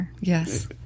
yes